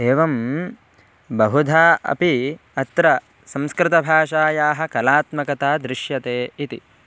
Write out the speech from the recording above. एवं बहुधा अपि अत्र संस्कृतभाषायाः कलात्मकता दृश्यते इति